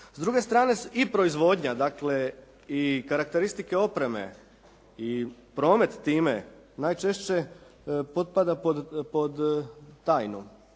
S druge strane i proizvodnja dakle i karakteristike opreme i promet time najčešće potpada pod tajnu.